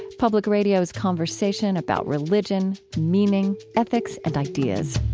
public radio's conversation about religion, meaning, ethics, and ideas.